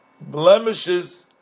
blemishes